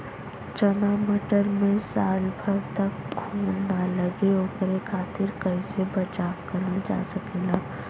चना मटर मे साल भर तक घून ना लगे ओकरे खातीर कइसे बचाव करल जा सकेला?